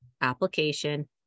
application